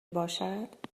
باشد